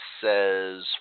says